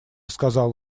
сказал